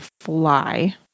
fly